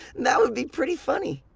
that would be pretty funny.